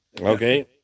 Okay